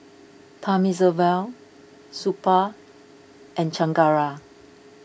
Thamizhavel Suppiah and Chengara